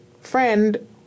friend